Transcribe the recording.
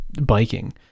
biking